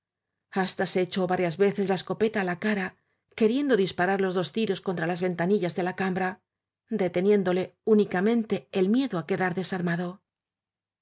se echó varias veces la escopeta á la cara que riendo disparar los dos tiros contra las ven tanillas de la cambra deteniéndole únicamente el miedo á quedar desarmado